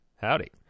howdy